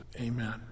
Amen